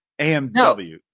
AMW